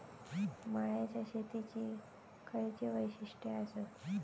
मळ्याच्या शेतीची खयची वैशिष्ठ आसत?